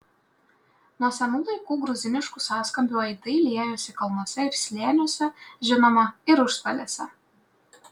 nuo senų laikų gruziniškų sąskambių aidai liejosi kalnuose ir slėniuose žinoma ir užstalėse